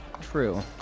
true